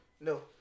No